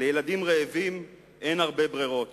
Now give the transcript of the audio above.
לילדים רעבים אין הרבה ברירות